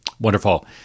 Wonderful